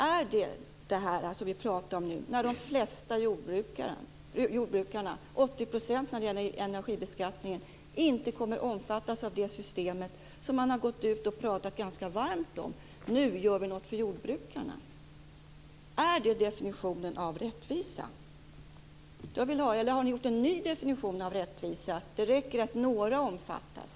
Är det detta som vi talade om, när de flesta jordbrukarna, 80 % när det gäller energibeskattningen, inte kommer att omfattas av det system som man har gått ut och talat ganska varmt om och sagt att man nu gör något för jordbrukarna? Är det definitionen av rättvisa? Eller har ni gjort en ny definition av rättvisa, att det räcker att några omfattas?